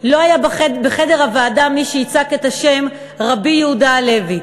לא היה בחדר הוועדה מי שיצעק את השם רבי יהודה הלוי.